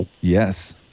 Yes